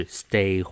stay